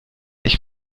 ich